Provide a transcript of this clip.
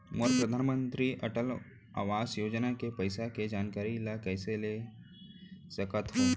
मोर परधानमंतरी अटल आवास योजना के पइसा के जानकारी ल कइसे ले सकत हो?